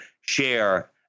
share